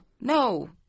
no